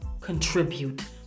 contribute